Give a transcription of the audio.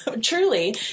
truly